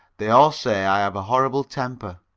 they all say i've a horrible temper.